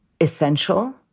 essential